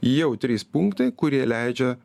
jau trys punktai kurie leidžia